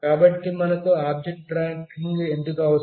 కాబట్టి మనకు object tracking ఎందుకు అవసరం